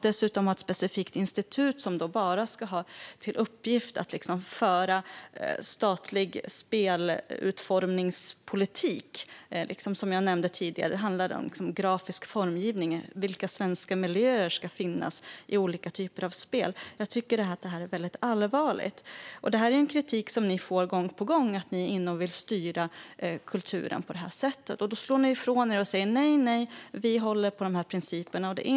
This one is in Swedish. Dessutom vill ni ha ett institut som har till specifik uppgift att föra statlig spelutformningspolitik vad gäller till exempel grafisk formgivning och vilka svenska miljöer som ska finnas i olika spel. Jag tycker att detta är allvarligt. Ni får gång på gång kritik för att ni vill styra kulturen på detta sätt, men då slår ni ifrån er och säger att ni håller på principerna.